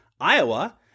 Iowa